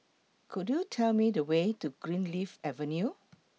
Could YOU Tell Me The Way to Greenleaf Avenue